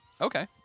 Okay